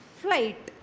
flight